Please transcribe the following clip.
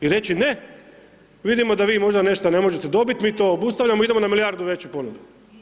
I reći ne, vidimo da vi možda nešta ne možete dobit, mi to obustavljamo, idemo na milijardu veću ponudu.